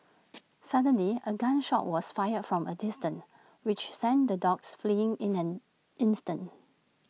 suddenly A gun shot was fired from A distance which sent the dogs fleeing in an instant